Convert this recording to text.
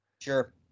Sure